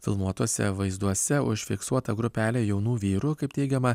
filmuotuose vaizduose užfiksuota grupelė jaunų vyrų kaip teigiama